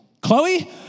Chloe